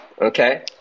Okay